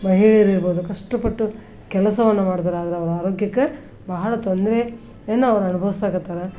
ಮಹಿಳೆಯರಿರ್ಬೋದು ಕಷ್ಟಪಟ್ಟು ಕೆಲಸವನ್ನು ಮಾಡ್ತಾರೆ ಆದ್ರೆ ಅವರ ಆರೋಗ್ಯಕ್ಕೆ ಬಹಳ ತೊಂದರೆ ಯನ್ನ ಅವ್ರು ಅನುಭವಿಸಕತ್ತಾರೆ